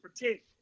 protect